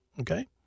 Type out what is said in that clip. Okay